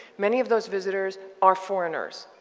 many of those visitors are foreigners.